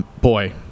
Boy